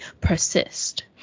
persist